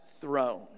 throne